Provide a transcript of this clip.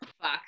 Fuck